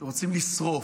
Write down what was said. והם רוצים לשרוף,